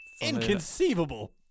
inconceivable